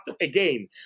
again